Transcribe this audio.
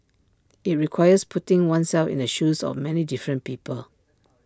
IT requires putting oneself in the shoes of many different people